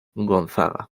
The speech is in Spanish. gonzaga